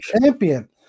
champion